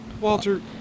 Walter